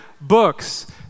books